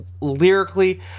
lyrically